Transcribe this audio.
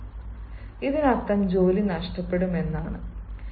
" അതിനർത്ഥം ജോലി നഷ്ടപ്പെടും എന്നാണ്